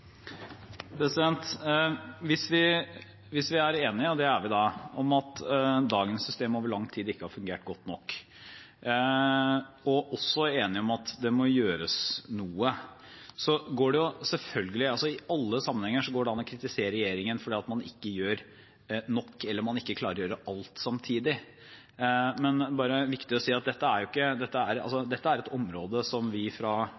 enige – og det er vi da – om at dagens system over lang tid ikke har fungert godt nok, og også enige om at det må gjøres noe, går det an i alle sammenhenger å kritisere regjeringen for at man ikke gjør nok eller man ikke klarer å gjøre alt samtidig, men det er viktig å si at dette er et område som vi fra Kunnskapsdepartementet og regjeringens side også har prioritert. Det betyr ikke